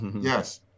Yes